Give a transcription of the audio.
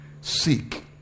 Seek